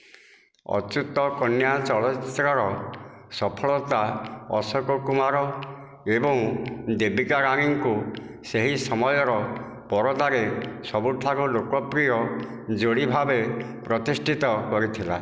ଅଛୁତ କନ୍ୟା ଚଳଚ୍ଚିତ୍ରର ସଫଳତା ଅଶୋକ କୁମାର ଏବଂ ଦେବିକା ରାଣୀଙ୍କୁ ସେହି ସମୟର ପରଦାରେ ସବୁଠାରୁ ଲୋକପ୍ରିୟ ଯୋଡ଼ି ଭାବେ ପ୍ରତିଷ୍ଠିତ କରିଥିଲା